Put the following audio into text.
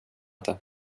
inte